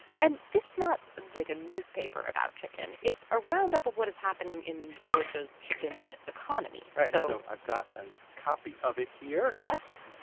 and this not like a newspaper about chicken. it's a roundup of what is happening in georgia's chicken economy right so. so i've got a copy of it here yes